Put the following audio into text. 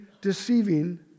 deceiving